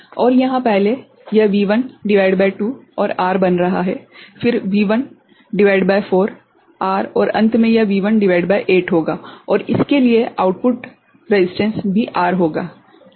तो यहाँ पहले यह V1 भागित 2 और R बन रहा है फिर V1 भागित 4 R और अंत में यह V1 भागित 8 होगा और इसके लिए आउटपुट प्रतिरोध भी R होगा क्या यह ठीक है